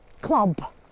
club